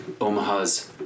Omaha's